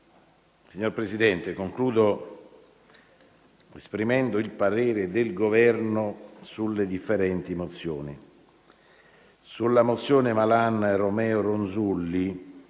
Signor Presidente, concludo esprimendo il parere del Governo sulle differenti mozioni. Sulla mozione presentata dai senatori